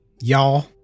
y'all